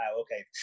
okay